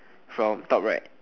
from top right